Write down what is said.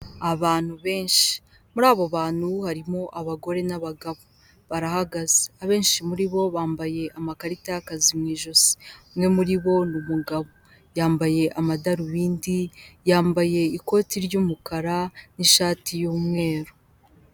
Abantu benshi muri abo bantu harimo abagore n'abagabo barahagaze, abenshi muri bo bambaye amakarita y'akazi mu ijosi, umwe muri bo ni umugabo yambaye amadarubindi, yambaye ikoti ry'umukara n'ishati y'umweru.